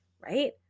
right